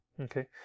okay